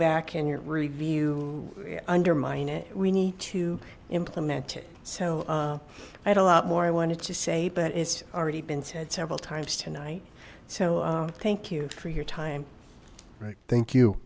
back and your review undermine it we need to implement it so i had a lot more i wanted to say but it's already been said several times tonight so thank you for your time right thank you